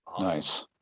Nice